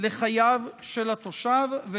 לחייו של התושב,